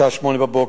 בשעה 08:00,